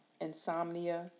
insomnia